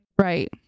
right